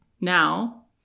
now